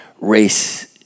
race